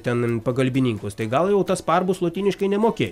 tenin pagalbininkus tai gal jau tas parbus lotyniškai nemokėj